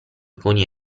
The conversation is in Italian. coni